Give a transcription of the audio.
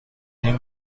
این